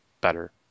better